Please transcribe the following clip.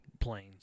planes